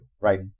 right